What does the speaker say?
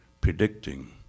predicting